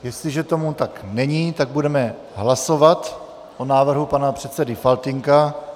Jestliže tomu tak není, budeme hlasovat o návrhu pana předsedy Faltýnka.